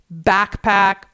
backpack